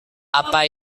apa